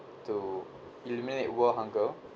to eliminate world hunger